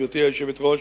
גברתי היושבת-ראש,